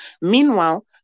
Meanwhile